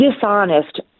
dishonest